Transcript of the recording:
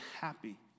happy